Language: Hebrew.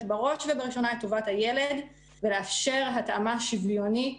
בראש ובראשונה את טובת הילד ולאפשר התאמה שוויונית